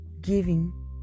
giving